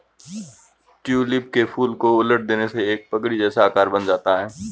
tulip के फूल को उलट देने से एक पगड़ी जैसा आकार बन जाता है